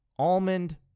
Almond